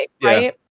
right